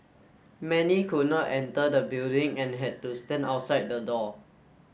many could not enter the building and had to stand outside the door